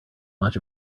much